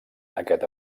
aquest